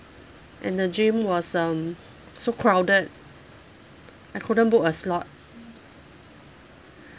and the gym was um so crowded I couldn't book a slot